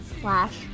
slash